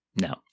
no